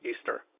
Easter